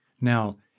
Now